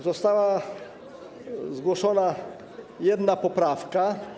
Została zgłoszona jedna poprawka.